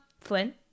Flynn